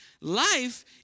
Life